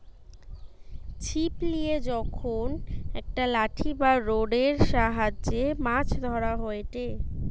ছিপ লিয়ে যখন একটা লাঠি বা রোডের সাহায্যে মাছ ধরা হয়টে